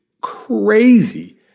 crazy